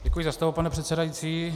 Děkuji za slovo, pane předsedající.